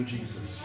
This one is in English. Jesus